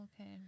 okay